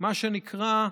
מה שנקרא: